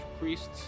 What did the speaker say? priests